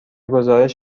گزارش